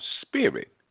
spirit